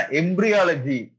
embryology